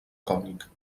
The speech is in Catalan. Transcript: cònic